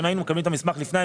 אם היינו מקבלים את המסמך לפני,